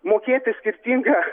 mokėti skirtingą